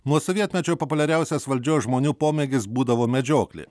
nuo sovietmečio populiariausias valdžios žmonių pomėgis būdavo medžioklė